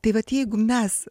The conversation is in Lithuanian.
tai vat jeigu mes